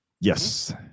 Yes